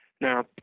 Now